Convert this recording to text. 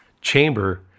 chamber